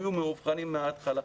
לא היו מאובחנים מההתחלה.